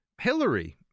Hillary